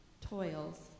toils